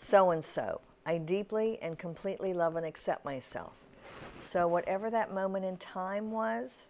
so and so i deeply and completely love and accept myself so whatever that moment in time was